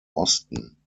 osten